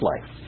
life